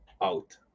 out